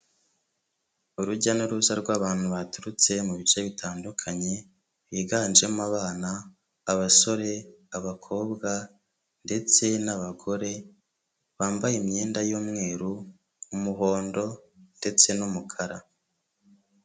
Urujya n'uruza rw'abantu baturutse mu bice bitandukanye, higanjemo abana, abasore, abakobwa ndetse n'abagore, bambaye imyenda y'umweru, umuhondo ndetse n'umukara.